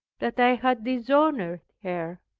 that i had dishonored her,